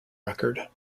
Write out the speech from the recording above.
record